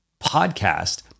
podcast